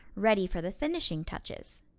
ready for the finishing touches.